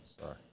Sorry